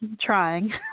trying